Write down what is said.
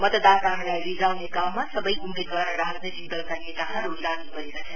मतदाताहरुलाई रिझाउने काममा सबै उम्मेदवार र राजनैतिक दलका नेताहरु लागि परेका छन्